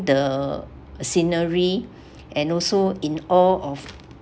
the scenery and also in all of